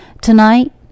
Tonight